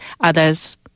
others